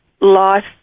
life